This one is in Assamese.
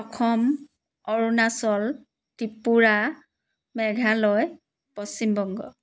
অসম অৰুণাচল ত্ৰিপুৰা মেঘালয় পশ্চিমবংগ